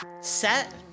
Set